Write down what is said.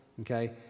Okay